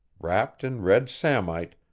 wrapped in red samite,